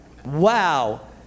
Wow